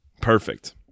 Perfect